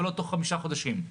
ולא תוך חמישה חודשים.